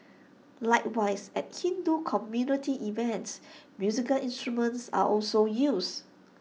likewise at Hindu community events musical instruments are also used